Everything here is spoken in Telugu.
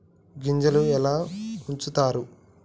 గింజలు ఎలా ఉంచుతారు?